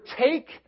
take